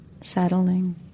settling